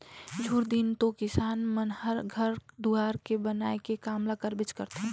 झूर दिने तो किसान मन हर घर दुवार के बनाए के काम ल करबेच करथे